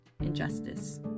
injustice